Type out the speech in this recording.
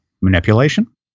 manipulation